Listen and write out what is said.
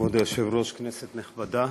כבוד היושב-ראש, כנסת נכבדה,